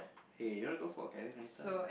hey you want to go Fort Canning later